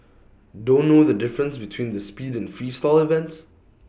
don't know the difference between the speed and Freestyle events